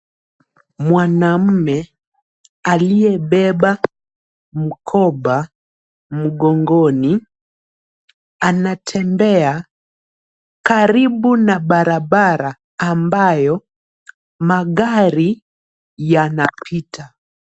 Mwanamume aliye beba mkoba mgongoni anatembea karibu na barabara ambayo magari yanapita.